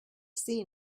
seen